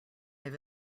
have